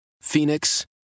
Phoenix